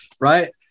Right